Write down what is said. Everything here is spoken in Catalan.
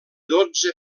dotze